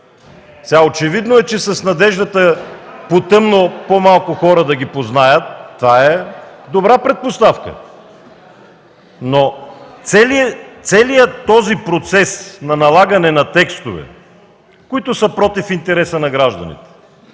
Очевидно е, че с надеждата по тъмно по-малко хора да ги познаят, това е добра предпоставка. Целият този процес на налагане на текстове, които са против интереса на гражданите,